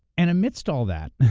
and amidst all that,